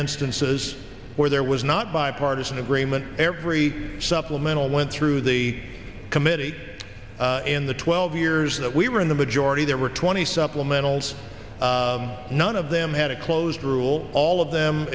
instances where there was not bipartisan agreement every supplemental went through the committee in the twelve years that we were in the majority there were twenty supplementals none of them had a closed rule all of them